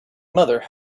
mother